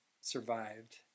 survived